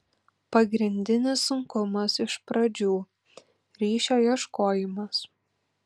pagrindinis sunkumas iš pradžių ryšio ieškojimas